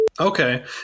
Okay